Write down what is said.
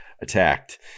attacked